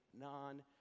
non